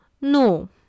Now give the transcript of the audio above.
No